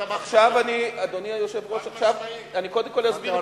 אדוני היושב-ראש, אני קודם כול אסביר,